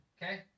Okay